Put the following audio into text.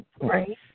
right